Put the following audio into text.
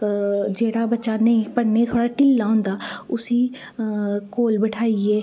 जेह्ड़ा बच्चा निल्ल थोह्ड़ा पढ़नै गी ढिल्ला होंदा उसी कोल बैठाइयै